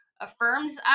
affirms